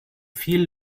viel